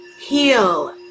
heal